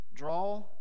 draw